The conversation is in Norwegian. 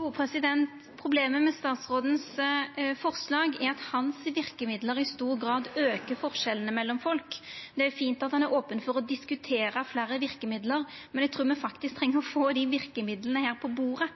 Problemet med forslaga til statsråden er at verkemidla hans i stor grad aukar forskjellane mellom folk. Det er fint at han er open for å diskutera fleire verkemiddel, men eg trur me faktisk treng å få verkemidla på bordet.